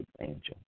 angel